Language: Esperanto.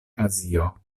azio